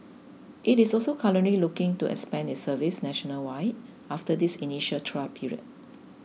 it is also currently looking to expand its service nationwide after this initial trial period